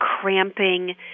cramping